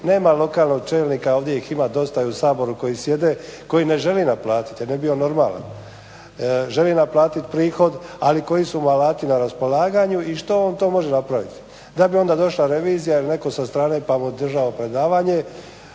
Nema lokalnog čelnika, ovdje ih ima dosta i u Saboru koji sjede, koji ne žele naplatiti jer ne bi bio normalan, želi naplatiti prihod ali koji su mu alati na raspolaganju i što on to može napraviti da bi onda došla revizija ili netko sa strane pa mu držao predavanje